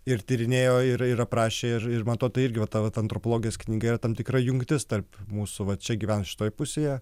ir tyrinėjo ir ir aprašė ir man atrodo tai irgi ta antropologės knyga yra tam tikra jungtis tarp mūsų va čia gyvenčių šitoje pusėje